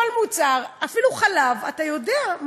כל מוצר, אפילו חלב, אתה יודע.